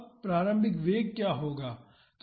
अब प्रारंभिक वेग क्या होगा